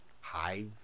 hive